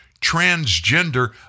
transgender